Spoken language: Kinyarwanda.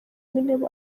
w’intebe